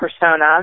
persona